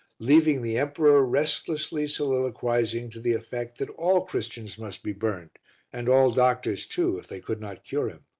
leaving the emperor restlessly soliloquizing to the effect that all christians must be burnt and all doctors, too, if they could not cure him.